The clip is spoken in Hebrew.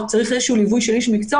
במקרה כזה צריך איזשהו ליווי של איש מקצוע.